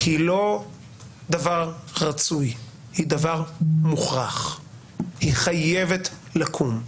היא לא דבר רצוי, היא דבר מוכרח, היא חייבת לקום.